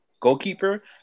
goalkeeper